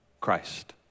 Christ